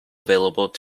available